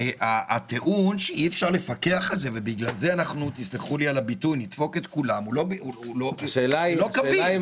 הטיעון שאי אפשר לפקח ולכן נדפוק את כולם הוא לא טיעון קביל.